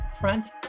Front